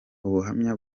ubuhamya